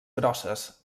grosses